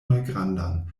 malgrandan